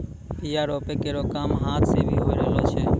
बीया रोपै केरो काम हाथ सें भी होय रहलो छै